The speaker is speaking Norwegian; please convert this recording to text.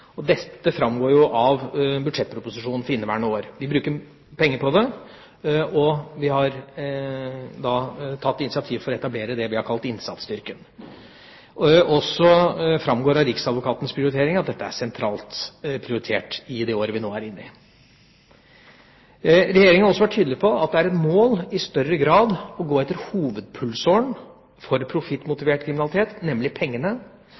Dette framgår av budsjettproposisjonen for inneværende år. Vi bruker penger på det, og vi har tatt initiativ til å etablere det vi har kalt innsatsstyrken. Det framgår også av riksadvokatens prioriteringer at dette er sentralt prioritert i det året vi nå er inne i. Regjeringa har også vært tydelig på at det er et mål i større grad å gå etter hovedpulsåren for profittmotivert kriminalitet, nemlig pengene,